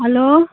hello